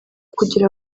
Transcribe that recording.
kugira